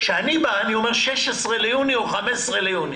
כשאני בא, אני אומר 16 ביוני או 15 ביוני.